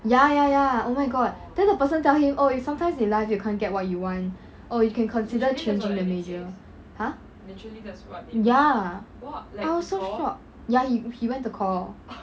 ya ya ya oh my god then the person tell him oh if sometimes in life you can't get what you want oh you can consider changing the major !huh! ya I was so shock ya he he went to call